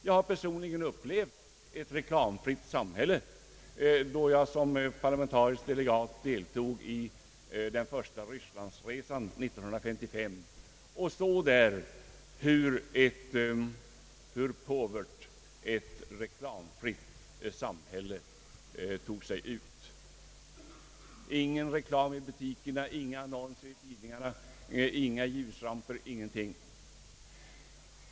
Jag har personligen upplevt ett reklamfritt samhälle, då jag som parlamentarisk delegat deltog i den första rysslandsresan 1955 och där såg hur påvert ett reklamfritt samhälle tog sig ut. Ingen reklam i butikerna, inga annonser i tidningarna, inga ljusramper — ingenting!